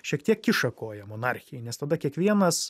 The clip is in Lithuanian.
šiek tiek kiša koją monarchijai nes tada kiekvienas